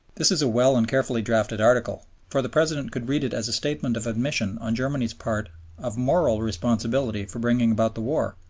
this is a well and carefully drafted article for the president could read it as statement of admission on germany's part of moral responsibility for bringing about the war,